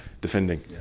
defending